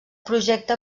projecte